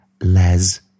Les